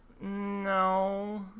no